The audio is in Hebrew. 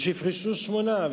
ושיפרשו שמונה,